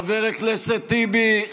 חבר הכנסת טיבי.